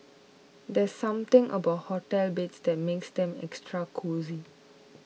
there's something about hotel beds that makes them extra cosy